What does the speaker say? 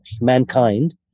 mankind